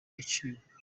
yaciwe